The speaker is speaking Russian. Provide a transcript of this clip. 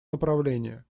направление